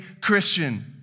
Christian